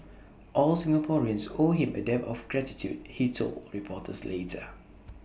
all Singaporeans owe him A debt of gratitude he told reporters later